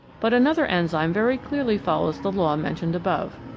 but another enzyme very clearly follows the law mentioned above.